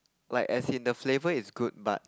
like as in the flavour is good but